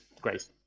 great